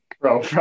bro